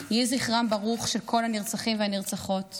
יהי זכרם של כל הנרצחים והנרצחות ברוך.